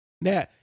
Now